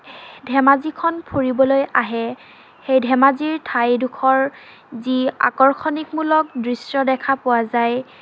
ধেমাজিখন ফুৰিবলৈ আহে সেই ধেমাজিৰ ঠাইডখৰ যি আকৰ্ষণীকমূলক দৃশ্য দেখা পোৱা যায়